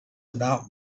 about